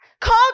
called